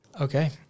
Okay